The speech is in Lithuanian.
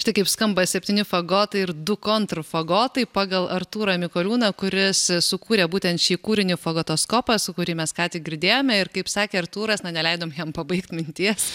štai kaip skamba septyni fagotai ir du kontūrfagotai pagal artūrą mikoliūną kuris sukūrė būtent šį kūrinį fagotoskopas kurį mes ką tik girdėjome ir kaip sakė artūras na neleidom jam pabaigt minties